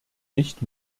nicht